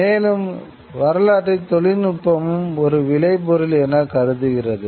மேலும் வரலாற்றில் தொழில்நுட்பமும் ஒரு விளைப்பொருள் என கருதுகிறது